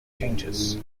changes